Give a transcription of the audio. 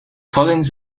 collins